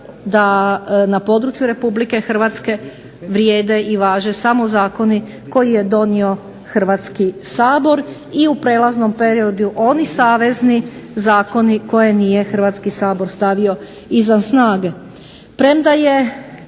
da na području Republike Hrvatske vrijede i važe samo zakoni koje je donio Hrvatski sabor, i u prijelaznom periodu oni savezni zakoni koje nije Hrvatski sabor stavio izvan snage.